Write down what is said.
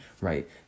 right